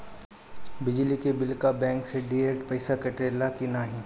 बिजली के बिल का बैंक से डिरेक्ट पइसा कटेला की नाहीं?